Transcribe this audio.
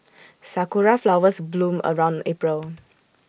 Sakura Flowers bloom around April